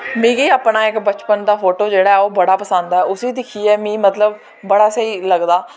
मिगी अपने इक बचपन दा फोटो जेह्ड़ा ऐ ओह् बड़ा पसंद ऐ उसी दिक्खियै मिगी मतलब बड़ा स्हेई लगदा